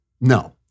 no